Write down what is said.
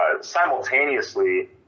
simultaneously